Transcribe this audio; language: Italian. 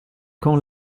con